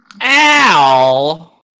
Al